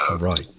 right